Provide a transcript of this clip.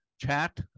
chat